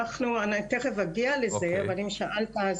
תיכף אגיע לזה אבל אם שאלת,